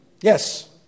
Yes